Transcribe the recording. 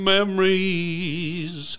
Memories